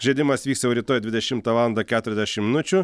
žaidimas vyks jau rytoj dvidešimtą valandą keturiasdešimt minučių